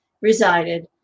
resided